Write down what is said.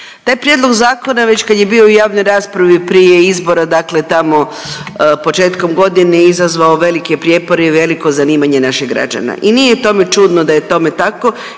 Taj prijedlog zakona već kad je bio u javnoj raspravi prije izbora dakle tamo početkom godine je izazvao velike prijepore i veliko zanimanje naših građana i nije tome čudno da je tome tako